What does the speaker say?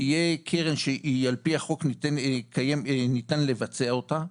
תהיה קרן שעל פי החוק ניתן לבצע אותה.